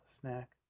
snack